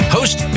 Host